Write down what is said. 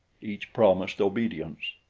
each promised obedience.